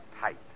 tight